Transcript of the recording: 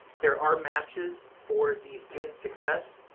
there are matches for the student success.